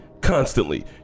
constantly